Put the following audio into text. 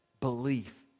belief